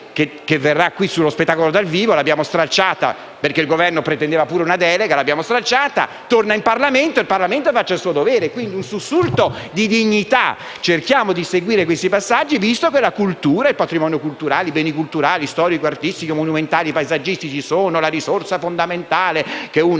la legge sullo spettacolo dal vivo, che abbiamo stralciato (perché il Governo pretendeva pure una delega) e che dovrà tornare in Parlamento. Il Parlamento allora faccia il suo dovere. Quindi, in un sussulto di dignità, cerchiamo di seguire questi passaggi, visto che la cultura, il patrimonio culturale, i beni culturali, storici, artistici, monumentali e paesaggistici sono la risorsa fondamentale e visto